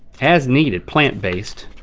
as needed, plant-based,